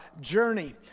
journey